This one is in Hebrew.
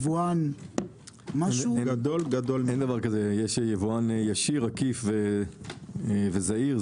יש יבואן ישיר, עקיף וזעיר.